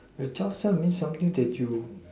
the job sell means something that you